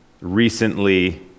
recently